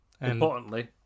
Importantly